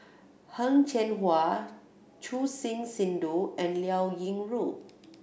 Heng Cheng Hwa Choor Singh Sidhu and Liao Yingru